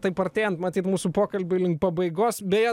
taip artėjant matyt mūsų pokalbiui link pabaigos beje